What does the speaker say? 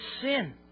sin